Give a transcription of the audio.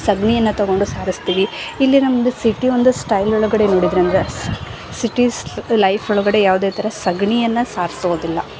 ಸಗಣಿಯನ್ನ ತಗೊಂಡು ಸಾರಿಸ್ತೀವಿ ಇಲ್ಲಿ ನಮ್ಮದು ಸಿಟಿ ಒಂದು ಸ್ಟೈಲ್ ಒಳಗಡೆ ನೋಡಿದರೆ ನಮಗೆ ಸಿಟೀಸ್ ಲೈಫ್ ಒಳಗಡೆ ಯಾವುದೇ ಥರ ಸಗಣಿಯನ್ನ ಸಾರ್ಸೋದಿಲ್ಲ